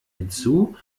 hinzu